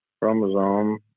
chromosome